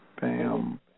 Bam